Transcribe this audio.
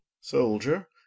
soldier